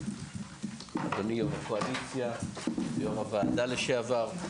אדוני יו"ר הקואליציה ויו"ר הוועדה לשעבר.